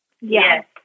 Yes